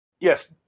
Yes